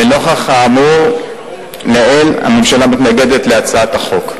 לנוכח האמור לעיל הממשלה מתנגדת להצעת החוק.